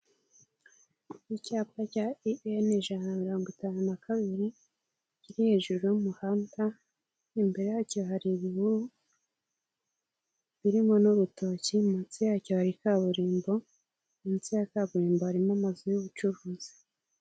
Icyapa cya i eni ijana na mirongo itanu na kabiri, kiri hejuru y'umuhanda, imbere yacyo hari ibihuru birimo n'urutoki, munsi yacyo hari kaburimbo munsi ya kaburimbo harimo amazu y'ubucuruzi.